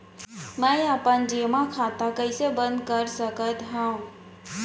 मै अपन जेमा खाता कइसे बन्द कर सकत हओं?